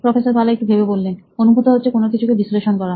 professor বালা অনুভূত হচ্ছে কোন কিছুকে বিশ্লেষণ করা